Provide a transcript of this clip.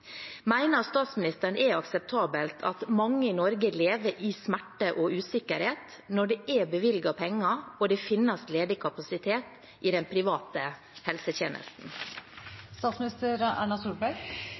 statsministeren det er akseptabelt at mange i Norge lever i smerte og usikkerhet når det er bevilget penger og det finnes ledig kapasitet i den private